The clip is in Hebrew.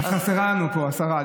את חסרה לנו פה, השרה.